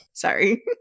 Sorry